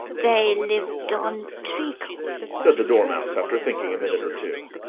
they lived on treacle said the dormouse, after thinking a minute or two.